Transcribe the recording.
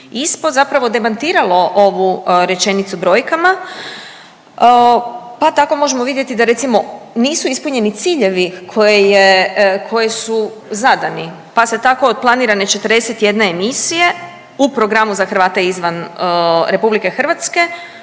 ispod zapravo demantiralo ovu rečenicu brojkama. Pa tako možemo vidjeti da recimo nisu ispunjeni ciljevi koje je, koji su zadani, pa se tako od planirane 41 emisije u programu za Hrvate izvan RH, HRT je